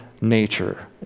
nature